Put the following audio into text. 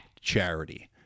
charity